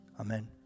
Amen